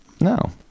No